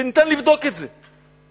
וניתן לבדוק את זה.